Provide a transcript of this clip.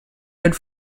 head